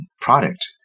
product